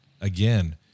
Again